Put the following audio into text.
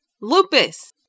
lupus